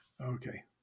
Okay